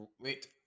Wait